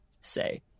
say